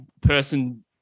person